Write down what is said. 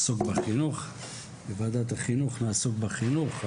ובוועדת החינוך נעסוק בחינוך,